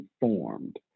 informed